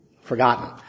forgotten